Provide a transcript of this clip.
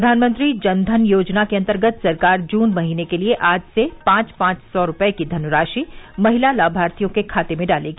प्रधानमंत्री जन धन योजना के अन्तर्गत सरकार जून महीने के लिए आज से पांच पांच सौ रुपए की राशि महिला लामार्थियों के खाते में डालेगी